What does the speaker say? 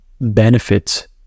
benefits